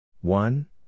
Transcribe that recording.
One